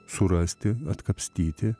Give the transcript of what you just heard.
surasti atkapstyti